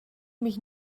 mich